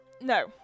no